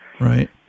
Right